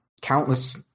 countless